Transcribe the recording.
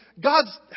God's